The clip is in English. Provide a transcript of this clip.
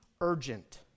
urgent